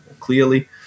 clearly